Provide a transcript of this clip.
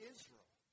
Israel